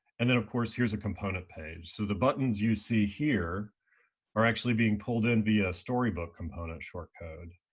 and then of course here's a component page. so the buttons you see here are actually being pulled in via storybook component short code.